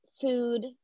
food